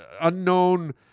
unknown